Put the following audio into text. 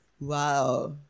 Wow